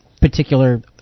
particular